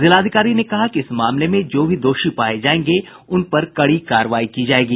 जिलाधिकारी ने कहा कि इस मामले में जो भी दोषी पाये जायेंगे उन पर कड़ी कार्रवाई की जायेगी